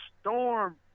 storm